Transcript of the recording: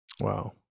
Wow